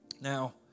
now